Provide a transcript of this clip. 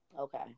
Okay